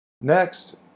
Next